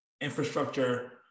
infrastructure